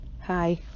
Hi